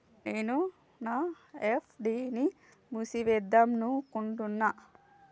నేను నా ఎఫ్.డి ని మూసివేద్దాంనుకుంటున్న